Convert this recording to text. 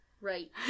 Right